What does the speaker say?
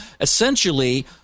essentially